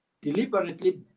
deliberately